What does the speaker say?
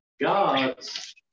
God's